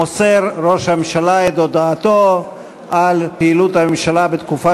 מוסר ראש הממשלה את הודעתו על פעילות הממשלה בתקופה